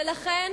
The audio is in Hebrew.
ולכן